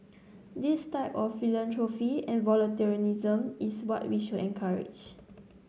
this type of philanthropy and volunteerism is what we should encourage